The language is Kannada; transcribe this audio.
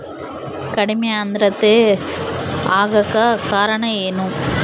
ಕಡಿಮೆ ಆಂದ್ರತೆ ಆಗಕ ಕಾರಣ ಏನು?